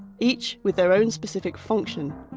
each with their own specific function,